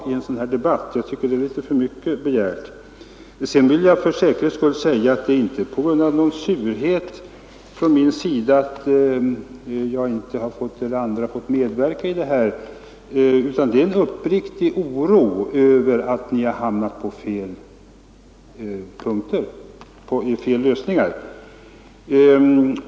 Jag tycker det är litet för mycket begärt. Sedan vill jag för säkerhets skull tillägga att det är inte fråga om någon surhet från min sida för att jag eller andra personer inte har fått medverka i det här arbetet, utan om en uppriktig oro över att ni har hamnat på felaktiga lösningar.